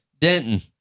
Denton